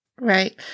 Right